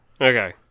okay